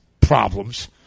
problems